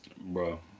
Bro